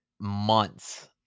months